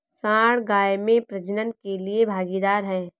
सांड गाय में प्रजनन के लिए भागीदार है